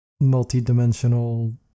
multi-dimensional